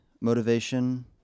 motivation